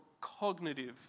cognitive